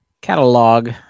Catalog